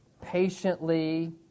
patiently